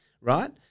right